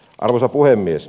arvoisa puhemies